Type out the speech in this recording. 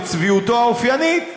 בצביעותו האופיינית,